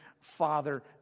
father